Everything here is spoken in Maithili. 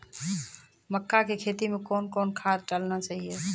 मक्का के खेती मे कौन कौन खाद डालने चाहिए?